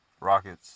Rockets